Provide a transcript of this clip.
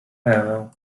ewę